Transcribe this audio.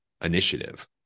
initiative